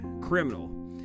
criminal